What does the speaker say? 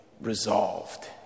resolved